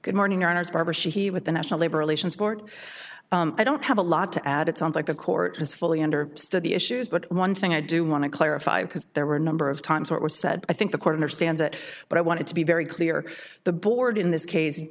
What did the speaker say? good morning honor's barbershop he with the national labor relations board i don't have a lot to add it sounds like the court is fully under study issues but one thing i do want to clarify because there were a number of times what was said i think the coroner stands at but i want to be very clear the board in this case